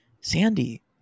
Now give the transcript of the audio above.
Sandy